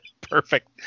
Perfect